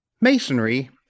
Masonry